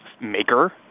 maker